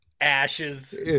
ashes